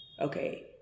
Okay